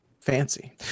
fancy